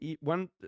one